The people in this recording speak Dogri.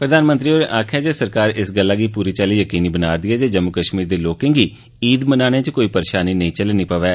प्रधानमंत्री होरें आखेआ जे सरकार इस गल्लै गी यकीनी बना'रदी ऐ जे जम्मू कश्मीर दे लोकें गी ईद मनाने च कोई परेशानी नेई झल्लनी पवै